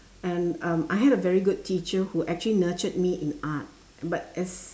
and um I had a very good teacher who actually nurtured me in art but as